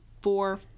four